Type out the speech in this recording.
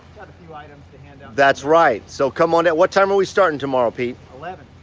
got a few items to hand out. that's right! so come on down. what time are we starting tomorrow pete? eleven.